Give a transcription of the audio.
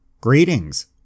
Greetings